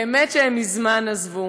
באמת שהם מזמן עזבו,